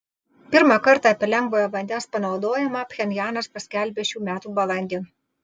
pirmą kartą apie lengvojo vandens panaudojimą pchenjanas paskelbė šių metų balandį